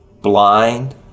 blind